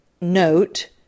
note